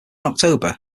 october